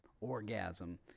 orgasm